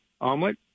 omelet